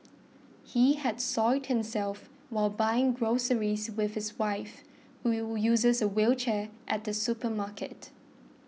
he had soiled himself while buying groceries with his wife who you uses a wheelchair at a supermarket